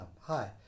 hi